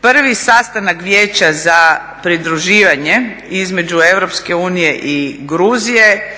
Prvi sastanak Vijeća za pridruživanje između EU i Gruzije